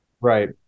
Right